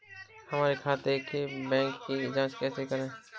हमारे खाते के बैंक की जाँच कैसे करें?